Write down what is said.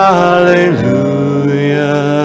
hallelujah